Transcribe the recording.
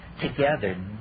together